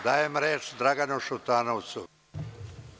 Dajem reč Draganu Šutanovcu.